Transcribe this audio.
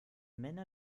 männer